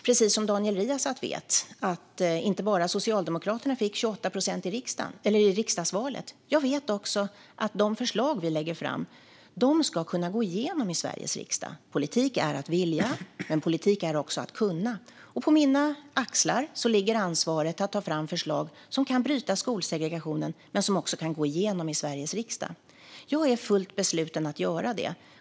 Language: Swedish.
Precis som Daniel Riazat vet jag inte bara att Socialdemokraterna fick 28 procent i riksdagsvalet, utan jag vet också att de förslag som vi lägger fram ska kunna gå igenom i Sveriges riksdag. Politik är att vilja, men politik är också att kunna. På mina axlar ligger ansvaret att ta fram förslag som kan bryta skolsegregationen men som också kan gå igenom i Sveriges riksdag. Jag är fullt besluten att göra detta.